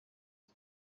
the